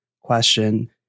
question